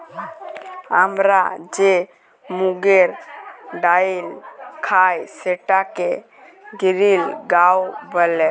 আমরা যে মুগের ডাইল খাই সেটাকে গিরিল গাঁও ব্যলে